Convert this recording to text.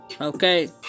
Okay